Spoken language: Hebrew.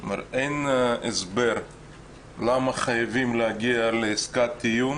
אין הסבר למה חייבים להגיע לעסקת טיעון